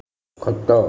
ଖଟ